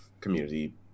community